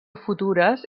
futures